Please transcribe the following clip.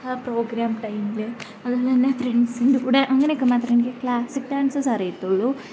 ആ പ്രോഗ്രാം ടൈമിൽ അത് എൻ്റെ ഫ്രണ്ട്സിൻ്റെ കൂടെ അങ്ങനെയൊക്കെ മാത്രമേ ക്ലാസ്സിക്ക് ഡാൻസസ് അറിയത്തുള്ളൂ